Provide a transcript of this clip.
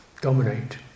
Dominate